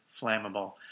flammable